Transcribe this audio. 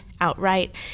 outright